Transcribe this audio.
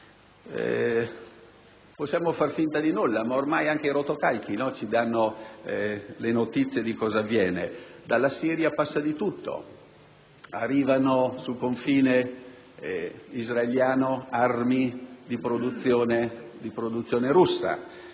Possiamo far finta di nulla, ma ormai anche i rotocalchi ci danno le notizie di cosa avviene: dalla Siria passa di tutto; arrivano sul confine israeliano armi di produzione russa,